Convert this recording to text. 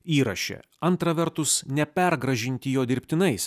įraše antra vertus nepergražinti jo dirbtinais